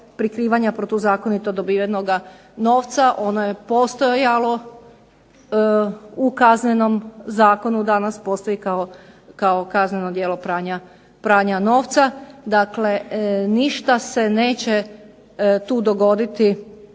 prikrivanja protuzakonito dobivenoga novca, ono je postojalo u Kaznenom zakonu, danas postoji kao kazneno djelo pranja novca. Dakle, ništa se neće tu dogoditi